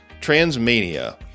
Transmania